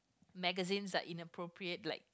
magazines are inappropriate like